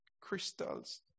crystals